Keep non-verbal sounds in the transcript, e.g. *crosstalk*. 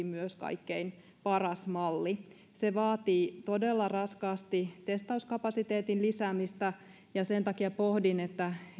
*unintelligible* myös taloudellisesti kaikkein paras malli se vaatii todella raskaasti testauskapasiteetin lisäämistä ja sen takia pohdin